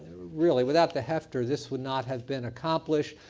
really without the heffter this would not have been accomplished.